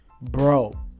bro